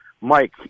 Mike